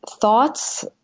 thoughts